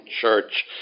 church